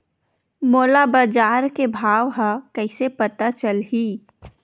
मोला बजार के भाव ह कइसे पता चलही?